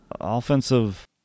offensive